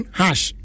hash